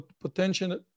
Potential